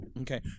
Okay